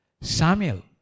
Samuel